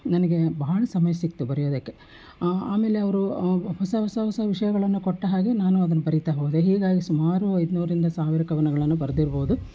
ನನಗೆ ಭಾಳ ಸಮಯ ಸಿಕ್ಕಿತು ಬರೆಯೋದಕ್ಕೆ ಆಮೇಲೆ ಅವರು ಹೊಸ ಹೊಸ ಹೊಸ ವಿಷಯಗಳನ್ನು ಕೊಟ್ಟ ಹಾಗೆ ನಾನು ಅದನ್ನ ಬರಿತಾ ಹೋದೆ ಹೀಗಾಗಿ ಸುಮಾರು ಐದುನೂರರಿಂದ ಸಾವಿರ ಕವನಗಳನ್ನು ಬರೆದಿರ್ಬೋದು